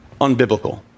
unbiblical